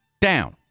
down